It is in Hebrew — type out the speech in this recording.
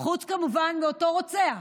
כמובן חוץ מאותו רוצח,